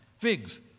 Figs